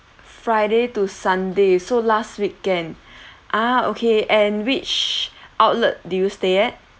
friday to sunday so last weekend ah okay and which outlet did you stay at